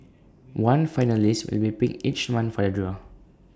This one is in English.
one finalist will be picked each month for the draw